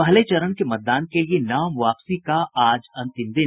पहले चरण के मतदान के लिए नाम वापसी का आज अंतिम दिन